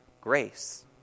grace